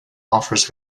offers